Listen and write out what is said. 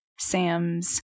Sam's